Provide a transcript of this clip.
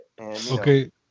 Okay